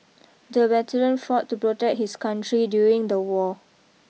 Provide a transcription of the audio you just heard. the veteran fought to protect his country during the war